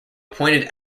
pointed